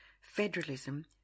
federalism